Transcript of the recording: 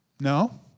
No